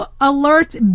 Alert